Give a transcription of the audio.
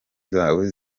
zawe